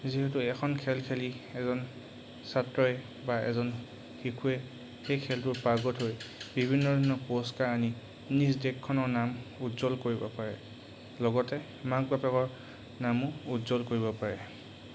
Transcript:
যিহেতু এখন খেল খেলি এজন ছাত্ৰই বা এজন শিশুৱে সেই খেলটোৰ পাৰ্গত হৈ বিভিন্ন ধৰণৰ পুৰস্কাৰ আনি নিজ দেশখনৰ নাম উজ্জ্বল কৰিব পাৰে লগতে মাক বাপেকৰ নামো উজ্জ্বল কৰিব পাৰে